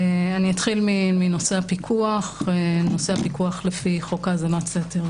אני אתחיל מנושא הפיקוח לפי חוק האזנת סתר.